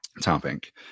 topic